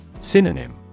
Synonym